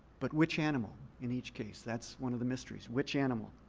but which animal in each case? that's one of the mysteries. which animal?